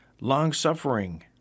long-suffering